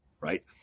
right